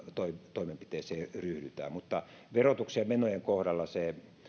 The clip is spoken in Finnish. toimenpiteeseen ryhdytään mutta verotuksen ja menojen kohdalla se